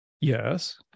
Yes